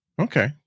Okay